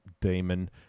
demon